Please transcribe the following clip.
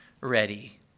ready